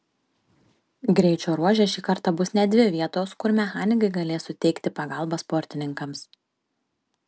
greičio ruože šį kartą bus net dvi vietos kur mechanikai galės suteikti pagalbą sportininkams